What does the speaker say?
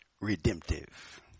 redemptive